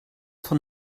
von